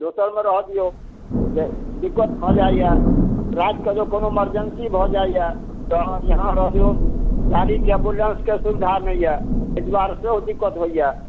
दोसरमे रहऽ दियौ जे दिक्कत भऽ जाइए रातिके जे कोनो मरजेन्सी भऽ जाइए तऽ इहाँ रहियौ गाड़ीके एम्बुलेन्सके सुवधा नहि यऽ एहि दुआरे सेहो दिक्कत होइए